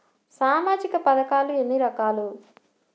సామాజిక పథకాలు ఎన్ని రకాలు?